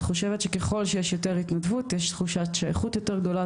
אני חושבת שככל שיש יותר התנדבות יש תחושת שייכות יותר גדולה,